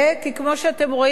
כי כמו שאתם רואים,